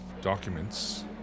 Documents